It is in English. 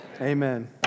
amen